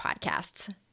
podcasts